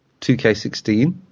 2K16